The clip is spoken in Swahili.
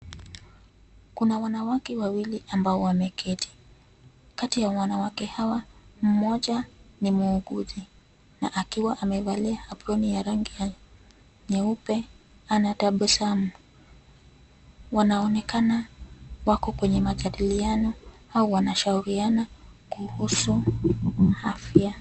Kuna wanawake wawili ambao wameketi. Kati ya wanawake hawa, mmoja ni muuguzi, na akiwa amevalia aproni ya rangi ya nyeupe anatabasamu. Wanaonekana wako kwenye majadiliano au wanashauriana kuhusu afya.